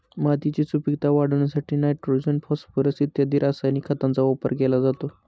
मातीची सुपीकता वाढवण्यासाठी नायट्रोजन, फॉस्फोरस इत्यादी रासायनिक खतांचा वापर केला जातो